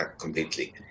completely